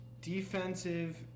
Defensive